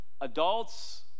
adults